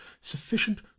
sufficient